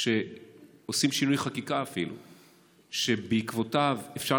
שעושים אפילו שינוי חקיקה שבעקבותיו אפשר